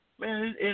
man